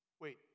Wait